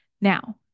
Now